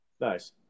Nice